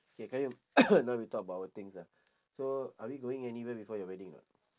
K qayyum now we talk about our things ah so are we going anywhere before your wedding or not